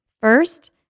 First